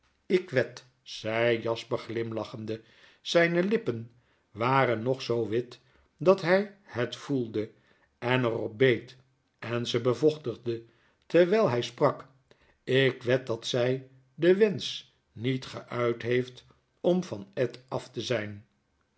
ik wed zei jasper glimlachende zijne lippen waren nog zoo wit dat hy het voelde en er op beet en ze bevochtigde terwijl hy sprak p ik wed dat zij den wenscti niet geuit heeft om van ed af te zijn